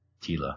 Tila